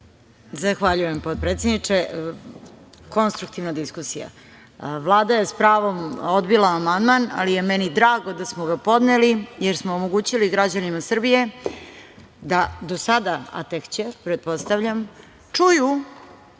Zahvaljujem potpredsedniče. Konstruktivna diskusija. Vlada je s pravom odbila amandman ali je meni drago da smo ga podneli jer smo omogućili građanima Srbije da do sada, a tek će, pretpostavljam, čuju